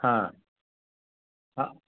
आम्